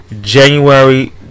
January